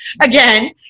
again